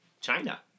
China